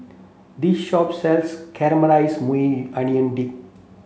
this shop sells Caramelized Maui Onion Dip